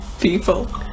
people